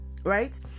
right